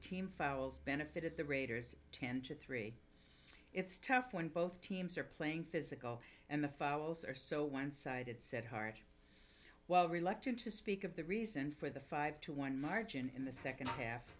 team fowles benefited the raiders ten to three it's tough when both teams are playing physical and the fouls are so one sided said hart while reluctant to speak of the reason for the five to one margin in the second half